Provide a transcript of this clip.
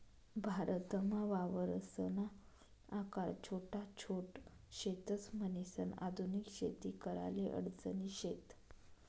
भारतमा वावरसना आकार छोटा छोट शेतस, म्हणीसन आधुनिक शेती कराले अडचणी शेत